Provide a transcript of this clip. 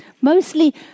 mostly